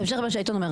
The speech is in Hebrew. בהמשך למה שאיתן אומר,